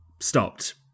stopped